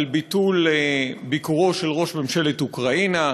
על ביטול ביקורו של ראש ממשלת אוקראינה,